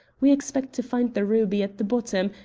we expect to find the ruby at the bottom,